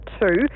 two